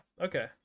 okay